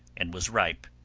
and was ripe,